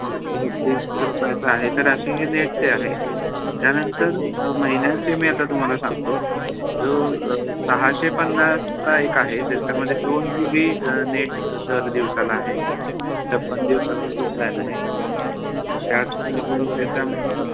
रुपयाचं आहे तर असे हे नेटचे आहेत त्यानंतर महिन्याचे मी आता तुम्हाला सांगतो जो सहाशे पन्नासचा एक आहे त्याच्यामध्ये दोन जी बी नेट दर दिवसाला आहे छप्पन्न दिवसाचा तो प्लॅन आहे त्याचबरोबर त्याच्यामध्ये